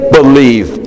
believe